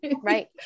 Right